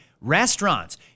Restaurants